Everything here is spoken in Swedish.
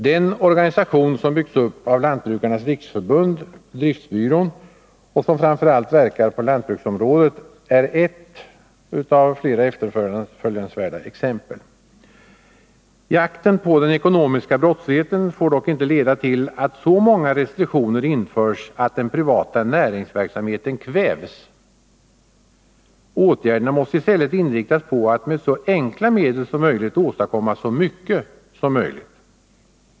Den organisation som byggts upp av Lantbrukarnas riksförbund, driftsbyrån, och som framför allt verkar på lantbruksområdet är ett av flera efterföljansvärda exempel. Jakten på den ekonomiska brottsligheten får dock inte leda till att så många restriktioner införs att den privata näringsverksamheten kvävs. Åtgärderna måste i stället inriktas på att med så enkla medel som möjligt åstadkomma så mycket som möjligt.